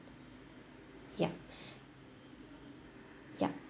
yup yup